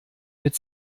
mit